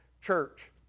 church